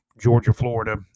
Georgia-Florida